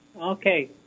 Okay